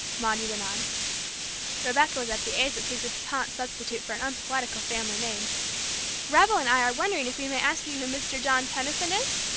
maudie went on rebecca was at the age that seeks a piquant substitute for an unpoetical family name rebel and i are wondering if we may ask you who mr. john tenison is?